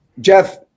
Jeff